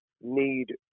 need